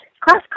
Class